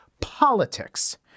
politics